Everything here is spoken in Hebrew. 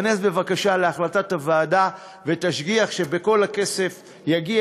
היכנס בבקשה להחלטת הוועדה ותשגיח שכל הכסף יגיע